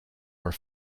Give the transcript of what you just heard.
were